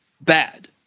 bad